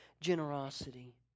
generosity